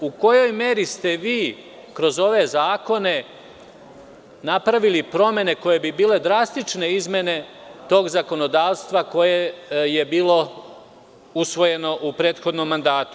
U kojoj meri ste vi kroz ove zakone napravili promene koje bi bile drastične izmene tog zakonodavstva koje je bilo usvojeno u prethodnom mandatu?